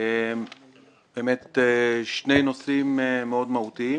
באמת שני נושאים מאוד מהותיים.